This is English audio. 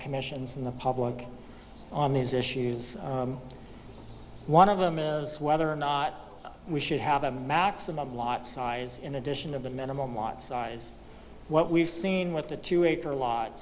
commissions in the public on these issues one of them is whether or not we should have a maximum lot size in addition of the minimum lot size what we've seen with the two acre lot